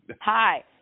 hi